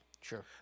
Sure